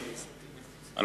חברים,